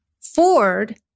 Ford